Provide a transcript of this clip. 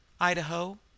Idaho